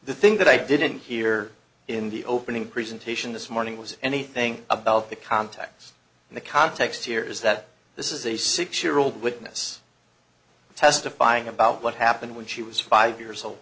the thing that i didn't hear in the opening presentation this morning was anything about the context in the context here is that this is a six year old witness testifying about what happened when she was five years old